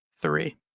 three